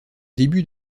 début